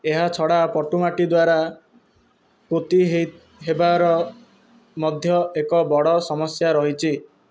ଏହାଛଡ଼ା ପଟୁମାଟି ଦ୍ୱାରା ପୋତି ହେବାର ମଧ୍ୟ ଏକ ବଡ଼ ସମସ୍ୟା ରହିଛି